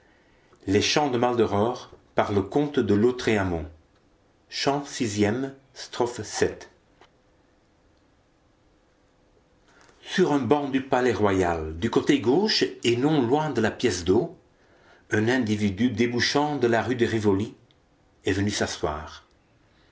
sur un banc du palais-royal du côté gauche et non loin de la pièce d'eau un individu débouchant de la rue de rivoli est venu s'asseoir